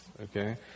okay